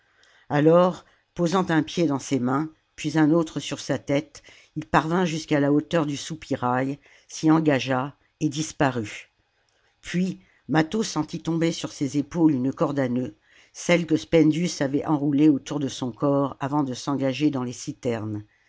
alors posant un pied dans ses mains puis un autre sur sa tète il parvint jusqu'à la hauteur du soupirail s'y engagea et disparut puis mâtho sentit tomber sur ses épaules une corde à nœuds celle que spendius avait enroulée autour de son corps avant de s'engager dans les citernes